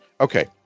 Okay